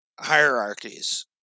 hierarchies